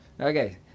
Okay